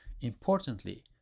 importantly